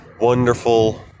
wonderful